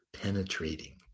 penetrating